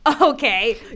Okay